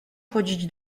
chodzić